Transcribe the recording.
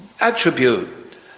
attribute